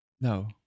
No